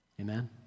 Amen